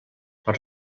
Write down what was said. per